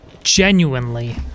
genuinely